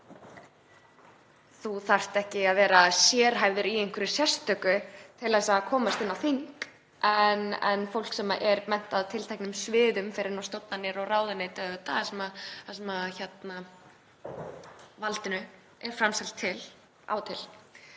Þú þarft ekki að vera sérhæfður í einhverju sérstöku til að komast inn á þing en fólk sem er menntað á tilteknum sviðum fer til stofnana og ráðuneyta sem vald er framselt til, af